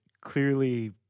clearly